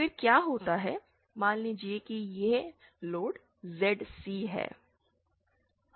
फिर क्या होता है मान लीजिए कि यह लोड zc है